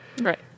right